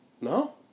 No